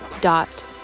dot